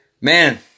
Man